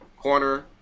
corner